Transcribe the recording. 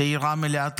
צעירה מלאת חיים,